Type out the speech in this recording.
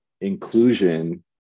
inclusion